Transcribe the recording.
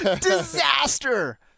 Disaster